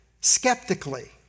skeptically